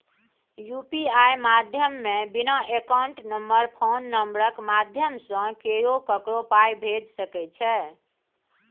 UPI माध्यमे बिना account number phone नंबरक माध्यमसँ केओ ककरो पाइ भेजि सकै छै